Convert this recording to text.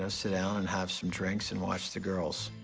ah sit down and have some drinks and watch the girls.